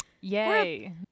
Yay